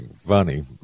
funny